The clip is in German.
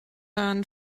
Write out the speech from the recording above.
dann